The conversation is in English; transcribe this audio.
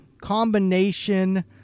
combination